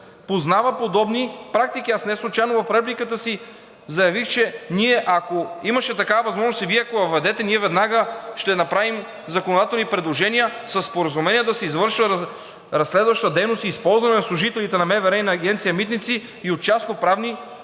познава подобни практики. Аз неслучайно в репликата си заявих, че ние, ако имаше такава възможност, и Вие, ако я въведете, ние веднага ще направим законодателни предложения със споразумение да се извършва разследваща дейност и използване на служителите на МВР и на Агенция „Митници“ и от частноправни субекти.